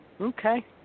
Okay